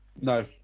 no